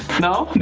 no!